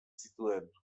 zituen